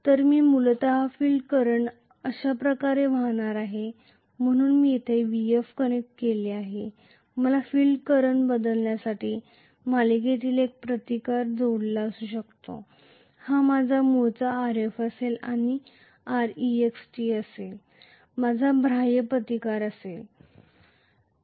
तर मी मूलत फील्ड करंट अशा प्रकारे वाहणार आहे म्हणून मी येथे Vf कनेक्ट केलेले आहे मला फील्ड करंट बदलण्यासाठी मालिकेत एक प्रतिकार जोडलेला असू शकतो आणि हा माझा मूळचा Rf असेल आणि Rext माझा बाह्य प्रतिकार जोडलेले असणार आहे